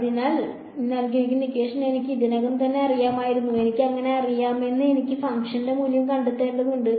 അതിനാൽ എനിക്ക് ഇതിനകം തന്നെ അറിയാമായിരുന്നു എനിക്ക് അങ്ങനെ അറിയാമെന്ന് എനിക്ക് ഫംഗ്ഷന്റെ മൂല്യം കണ്ടെത്തേണ്ടതുണ്ട്